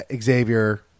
Xavier